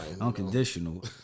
unconditional